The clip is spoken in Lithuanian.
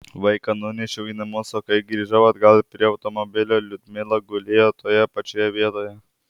vaiką nunešiau į namus o kai grįžau atgal prie automobilio liudmila gulėjo toje pačioje vietoje